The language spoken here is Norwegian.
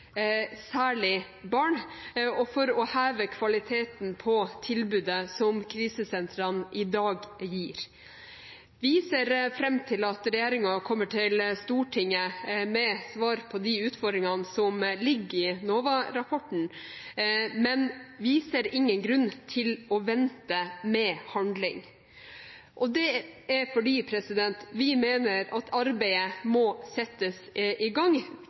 særlig mot barn, for å heve kvaliteten på tilbudet som krisesentrene i dag gir. Vi ser fram til at regjeringen kommer til Stortinget med svar på utfordringene som ligger i NOVA-rapporten, men vi ser ingen grunn til å vente med handling – dette fordi vi mener at arbeidet må settes i gang,